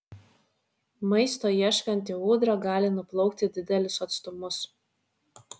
maisto ieškanti ūdra gali nuplaukti didelius atstumus